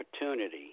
opportunity